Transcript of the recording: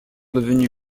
devenus